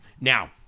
Now-